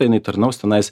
jinai tarnaus tenais